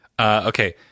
Okay